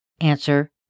Answer